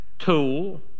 tool